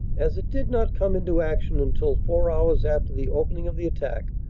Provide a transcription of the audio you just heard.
as it did not come into action until four hours after the opening of the attack,